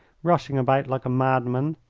rushing about like a madman.